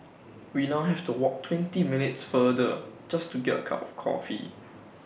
we now have to walk twenty minutes farther just to get A cup of coffee